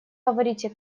говорите